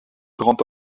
grand